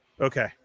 Okay